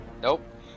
Nope